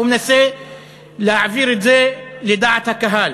הוא מנסה להעביר את זה לדעת הקהל